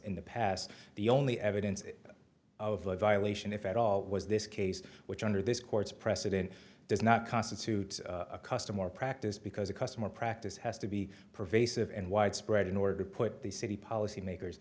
in the past the only evidence of a violation if at all was this case which under this court's precedent does not constitute a custom or practice because the customer practice has to be pervasive and widespread in order to put the city policy makers